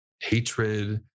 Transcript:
hatred